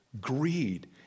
greed